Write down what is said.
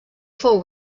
fou